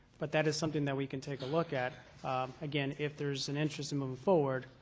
but that is something that we can take a look at again if there's an interest in moving forward,